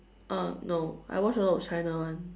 uh no I watch a lot of China one